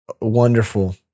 wonderful